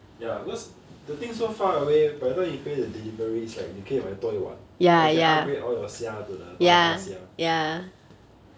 ya cause the thing so far away by the time you pay the delivery is like 你可以买多一碗 or you can upgrade all your 虾 to the 大大虾